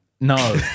No